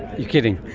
you're kidding?